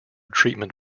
treatment